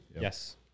Yes